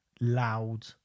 loud